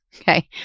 Okay